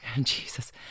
Jesus